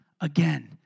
again